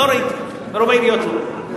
לא ראיתי, ברוב העיריות, לא.